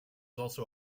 also